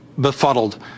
befuddled